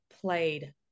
played